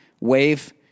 wave